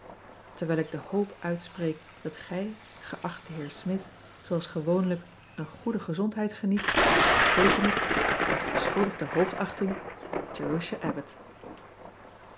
erwijl ik de hoop uitspreekt dat gij geachte eer mith zooals gewoonlijk een goede gezondheid geniet teeken ik met verschuldigde